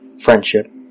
friendship